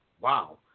Wow